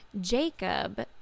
Jacob